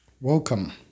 Welcome